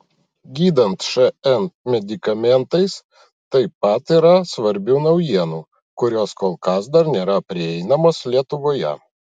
gydant šn medikamentais taip pat yra svarbių naujienų kurios kol kas dar nėra prieinamos lietuvoje